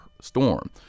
storm